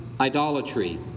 idolatry